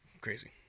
Crazy